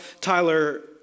Tyler